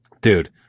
dude